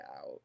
out